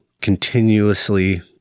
continuously